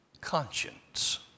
Conscience